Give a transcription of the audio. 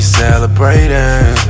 celebrating